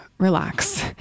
relax